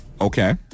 Okay